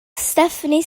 stephanie